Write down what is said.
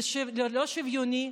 זה לא שוויוני.